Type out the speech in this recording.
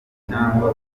cyangwa